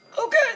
okay